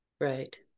Right